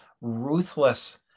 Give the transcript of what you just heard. ruthless